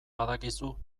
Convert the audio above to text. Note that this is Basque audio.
badakizu